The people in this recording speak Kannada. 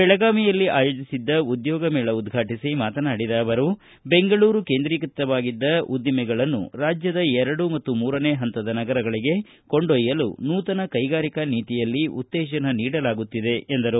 ಬೆಳಗಾವಿಯಲ್ಲಿ ಆಯೋಜಿಸಿದ್ದ ಉದ್ಯೋಗ ಮೇಳ ಉದ್ಯಾಟಿಸಿ ಮಾತನಾಡಿದ ಅವರು ಬೆಂಗಳೂರು ಕೇಂದ್ರೀಕೃತವಾಗಿದ್ದ ಉದ್ದಿಮೆಗಳನ್ನು ರಾಜ್ಯದ ಎರಡು ಮತ್ತು ಮೂರನೇ ಹಂತದ ನಗರಗಳಿಗೆ ಕೊಂಡೊಯ್ಯಲು ನೂತನ ಕೈಗಾರಿಕಾ ನೀತಿಯಲ್ಲಿ ಉತ್ತೇಜನ ನೀಡಲಾಗುತ್ತಿದೆ ಎಂದರು